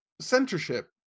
censorship